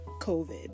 COVID